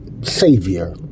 Savior